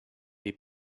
est